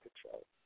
control